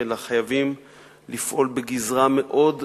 אלא חייבים לפעול בגזרה מאוד רחבה.